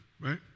Right